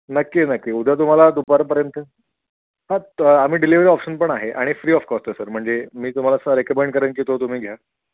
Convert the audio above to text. नक्की नक्की उद्या तुम्हाला दुपारपर्यंत हां तर आम्ही डिलेव्हरी ऑप्शन पण आहे आणि फ्री ऑफ कॉस्ट आहे सर म्हणजे मी तुम्हाला स रेकमेंड करेन की तो तुम्ही घ्या